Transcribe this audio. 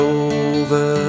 over